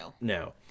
No